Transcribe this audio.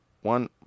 one